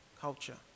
culture